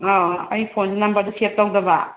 ꯑꯥ ꯑꯩ ꯐꯣꯟꯗꯨ ꯅꯝꯕꯔꯗꯨ ꯁꯦꯕ ꯇꯧꯗꯕ